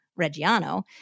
Reggiano